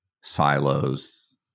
silos